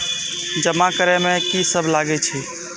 जमा करे में की सब लगे छै?